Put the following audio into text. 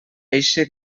eixe